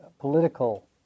political